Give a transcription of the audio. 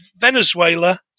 Venezuela